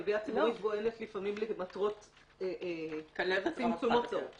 כלבייה ציבורית פועלת לפעמים למטרות צמצום הוצאות,